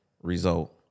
result